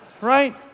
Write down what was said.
right